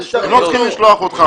הם לא צריכים לשלוח אותך.